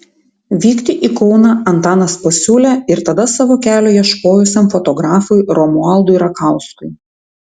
vykti į kauną antanas pasiūlė ir tada savo kelio ieškojusiam fotografui romualdui rakauskui